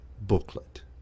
booklet